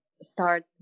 start